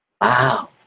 Wow